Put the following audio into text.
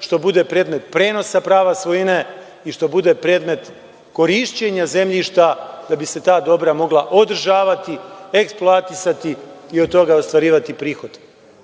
što bude predmet prenosa prava svojine i što ude predmet korišćenja zemljišta da bi se ta dobra mogla održavati, eksploatisati i od toga ostvarivati prihod.